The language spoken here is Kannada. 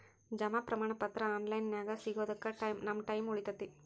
ಜಮಾ ಪ್ರಮಾಣ ಪತ್ರ ಆನ್ ಲೈನ್ ನ್ಯಾಗ ಸಿಗೊದಕ್ಕ ನಮ್ಮ ಟೈಮ್ ಉಳಿತೆತಿ